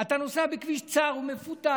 אתה נוסע בכביש צר ומפותל.